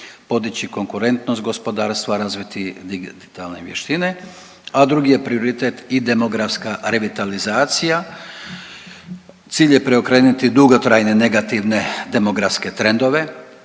podići konkurentnost gospodarstva, razviti digitalne vještine, a drugi je prioritet i demografska revitalizacija. Cilj je preokrenuti dugotrajne negativne demografske trendove,